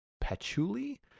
patchouli